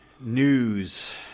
News